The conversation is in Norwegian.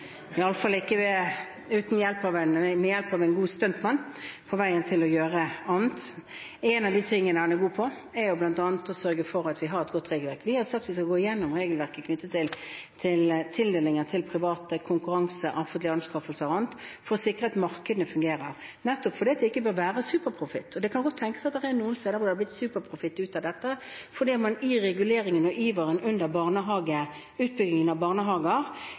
iallfall ikke med hjelp av en god stuntmann, på veien til å gjøre et eller annet. En av de tingene han er god på, er å sørge for at vi har et godt regelverk. Vi har sagt at vi skal gå gjennom regelverket knyttet til tildelinger til private, konkurranse, offentlige anskaffelser m.m., for å sikre at markedene fungerer – nettopp fordi det ikke bør være superprofitt. Det kan godt tenkes at det er noen steder hvor det er blitt superprofitt ut av dette, fordi man i reguleringen og iveren etter utbygging av barnehager